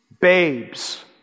babes